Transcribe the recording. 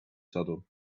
saddle